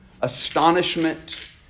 Astonishment